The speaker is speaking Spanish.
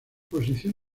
posición